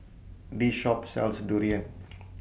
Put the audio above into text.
This Shop sells Durian